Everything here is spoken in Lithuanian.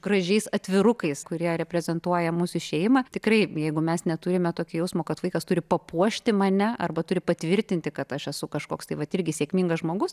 gražiais atvirukais kurie reprezentuoja mūsų šeimą tikrai jeigu mes neturime tokio jausmo kad vaikas turi papuošti mane arba turi patvirtinti kad aš esu kažkoks tai vat irgi sėkmingas žmogus